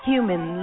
human